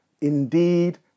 Indeed